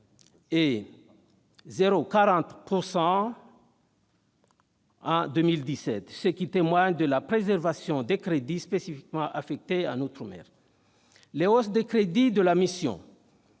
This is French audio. et 0,40 % en 2017, ce qui témoigne de la préservation des crédits spécifiquement affectés aux outre-mer. Les hausses de crédits de la mission